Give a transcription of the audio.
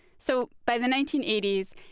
so by the nineteen eighty s,